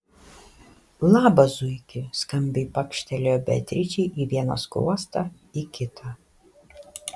labas zuiki skambiai pakštelėjo beatričei į vieną skruostą į kitą